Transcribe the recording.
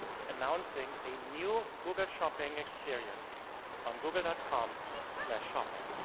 we're announcing a new google shopping experience on google com so shopping.